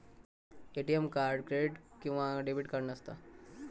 ATM card credit किंवा debit card नसता